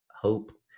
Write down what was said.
hope